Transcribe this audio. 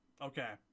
okay